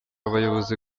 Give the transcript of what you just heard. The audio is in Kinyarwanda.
abayobozi